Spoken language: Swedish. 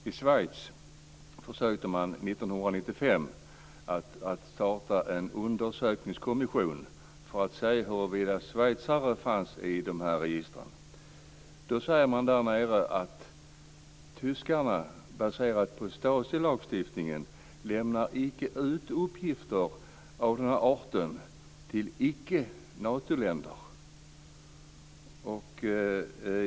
I Schweiz försökte man 1995 att starta en undersökningskommission för att se huruvida schweizare finns i de här registren. Det har då uttalats att tyskarna baserat på STASI-lagstiftningen inte lämnar ut uppgifter av den här arten till icke Natoländer.